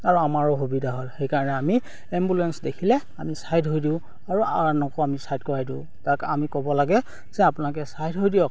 আৰু আমাৰো সুবিধা হ'ল সেইকাৰণে আমি এম্বুলেঞ্চ দেখিলে আমি ছাইড হৈ দিওঁ আৰু আনকো আমি ছাইড কৰাই দিওঁ তাক আমি ক'ব লাগে যে আপোনালোকে ছাইড হৈ দিয়ক